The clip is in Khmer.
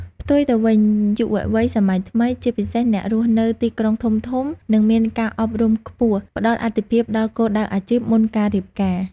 ផ្ទុយទៅវិញ យុវវ័យសម័យថ្មី ជាពិសេសអ្នករស់នៅទីក្រុងធំៗ និងមានការអប់រំខ្ពស់ ផ្ដល់អាទិភាពដល់គោលដៅអាជីពមុនការរៀបការ។